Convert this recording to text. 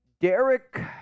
Derek